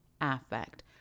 affect